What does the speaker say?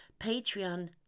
patreon